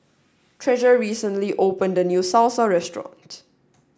Treasure recently opened a new Salsa restaurant